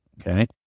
Okay